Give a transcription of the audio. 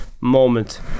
moment